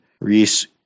Reese